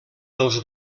dels